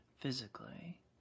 Physically